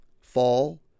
fall